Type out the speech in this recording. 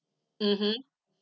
mmhmm